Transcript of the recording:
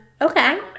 Okay